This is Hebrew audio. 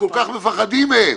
שכל כך מפחדים מהם.